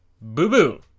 boo-boo